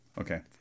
okay